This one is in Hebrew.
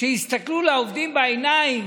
שהסתכלו לעובדים בעיניים